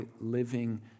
living